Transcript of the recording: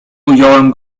ująłem